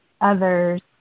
others